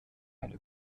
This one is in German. eine